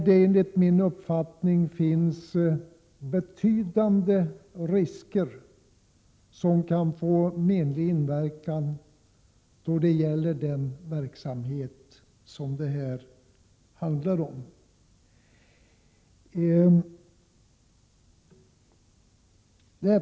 Det finns betydande risk att det kan få menlig inverkan på den verksamhet som det här handlar om.